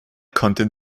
konnten